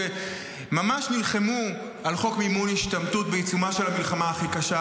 שממש נלחמו על חוק מימון השתמטות בעיצומה של המלחמה הכי קשה